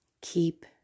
Keep